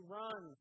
run